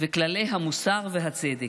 וכללי המוסר והצדק.